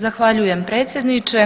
Zahvaljujem predsjedniče,